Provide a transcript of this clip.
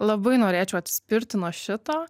labai norėčiau atsispirti nuo šito